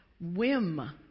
whim